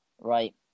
Right